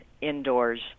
indoors